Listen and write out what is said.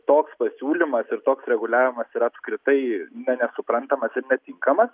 toks pasiūlymas ir toks reguliavimas yra apskritai nesuprantamas ir netinkamas